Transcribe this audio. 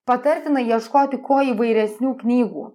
patartina ieškoti kuo įvairesnių knygų